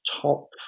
top